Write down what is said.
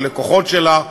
הלקוחות שלה,